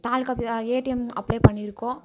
தாலுக்காபீஸ் ATM apply பண்ணியிருக்கோம்